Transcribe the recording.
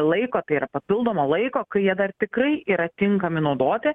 laiko tai yra papildomo laiko kai jie dar tikrai yra tinkami naudoti